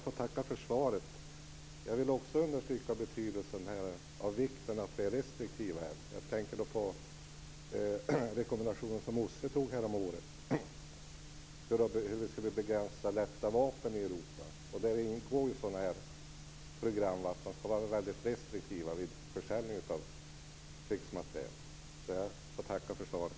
Fru talman! Jag får tacka för svaret. Jag vill också understryka vikten av att vi är restriktiva. Jag tänker på de rekommendation som OSSE antog häromåret om att begränsa antalet lätta vapen i Europa. Där ingår att man ska vara väldigt restriktiv vid försäljning av krigsmateriel.